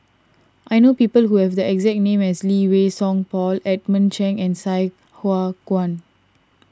I know people who have the exact name as Lee Wei Song Paul Edmund Chen and Sai Hua Kuan